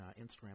Instagram